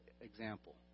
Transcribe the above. example